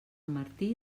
martí